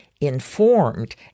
informed